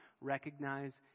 recognize